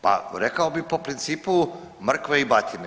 Pa rekao bih po principu mrkve i batine.